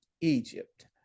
Egypt